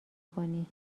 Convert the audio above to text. کنی